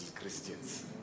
Christians